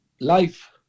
life